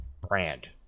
brand